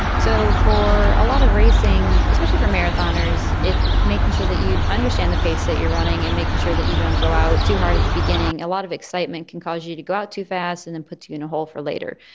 so for a lot of racing, especially for marathoners, it's making sure that you understand the pace that you're running and making sure that you don't go out too hard. it's beginning. a lot of excitement can cause you you to go out too fast and then puts you in a hole for later.